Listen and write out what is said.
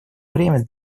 время